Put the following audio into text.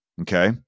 Okay